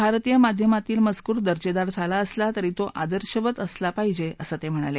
भारतीय माध्यमातील मजकूर दर्जदार झाला असला तरी तो आदर्शवत असला पाहीजे असंही ते म्हणाले